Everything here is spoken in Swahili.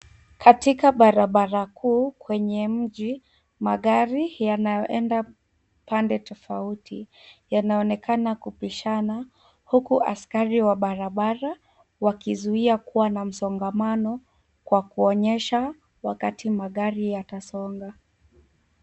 Katika barabara kuu kwenye mji, magari yanayoenda pande tofauti yanaonekana kupishana huku askari wa barabara wakizuia kuwa na msongamano kwa kuonyesha wakati magari yatasonga.